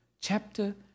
chapter